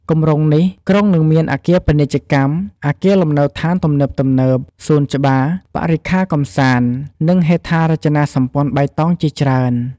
គម្រោងនេះគ្រោងនឹងមានអគារពាណិជ្ជកម្ម អគារលំនៅដ្ឋានទំនើបៗ សួនច្បារ បរិក្ខារកម្សាន្ត និងហេដ្ឋារចនាសម្ព័ន្ធបៃតងជាច្រើន។